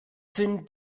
sind